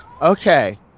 Okay